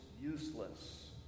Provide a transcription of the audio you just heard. useless